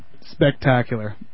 Spectacular